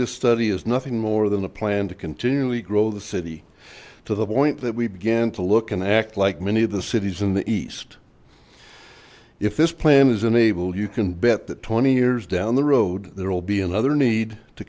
this study is nothing more than a plan to continually grow the city to the point that we began to look and act like many of the cities in the east if this plan is enabled you can bet that twenty years down the road there will be another need to